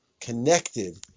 connected